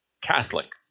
Catholic